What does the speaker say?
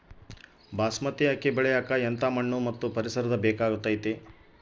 ಬಾಸ್ಮತಿ ಅಕ್ಕಿ ಬೆಳಿಯಕ ಎಂಥ ಮಣ್ಣು ಮತ್ತು ಪರಿಸರದ ಬೇಕಾಗುತೈತೆ?